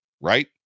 Right